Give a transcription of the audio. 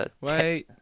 Wait